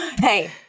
Hey